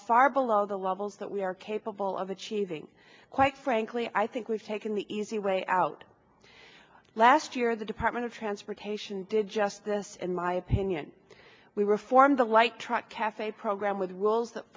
far below the levels that we are capable of achieving quite frankly i think we've taken the easy way out last year the department of transportation did just this in my opinion we reformed the light truck cafe program with rules that